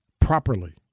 properly